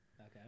Okay